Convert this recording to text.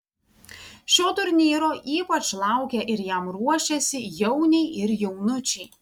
šio turnyro ypač laukia ir jam ruošiasi jauniai ir jaunučiai